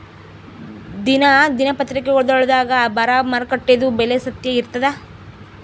ದಿನಾ ದಿನಪತ್ರಿಕಾದೊಳಾಗ ಬರಾ ಮಾರುಕಟ್ಟೆದು ಬೆಲೆ ಸತ್ಯ ಇರ್ತಾದಾ?